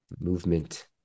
movement